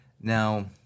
Now